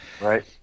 Right